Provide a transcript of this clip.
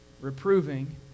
reproving